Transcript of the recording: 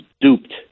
duped